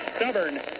stubborn